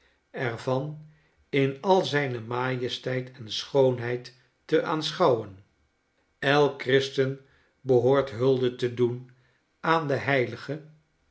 van in al zijne majesteit en schoonheid te aanschouwen elk christen behoort hulde te doen aan den heilige